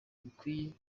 bikwiye